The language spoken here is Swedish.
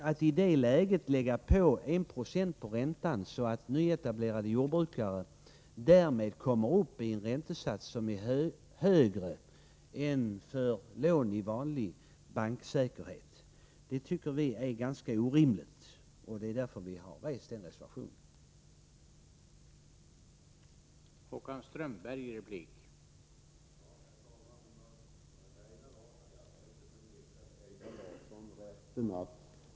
Att i det läget höja räntan med 1 26, så att nyetablerade jordbrukare får en räntesats som är högre än den för lån med vanlig banksäkerhet, är orimligt. Det är därför som vi har avgett reservation nr 5.